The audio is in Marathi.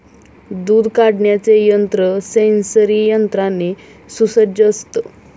दूध काढण्याचे यंत्र सेंसरी यंत्राने सुसज्ज असतं